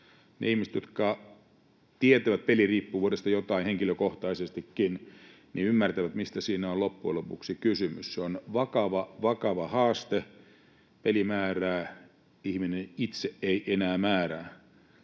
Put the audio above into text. Ne ihmiset, jotka tietävät peliriippuvuudesta jotain henkilökohtaisestikin, ymmärtävät, mistä siinä on loppujen lopuksi kysymys. Se on vakava, vakava haaste, pelimäärää ihminen itse ei enää määrää.